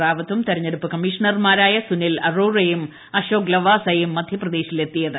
റാപ്പത്തും തെരഞ്ഞെടുപ്പ് കമ്മീഷണർമാരായ സുമ്പിൽ അറോറയും അശോക് ലാവാസയും മധ്യപ്രദേശിൽ എത്തിയത്